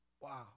Wow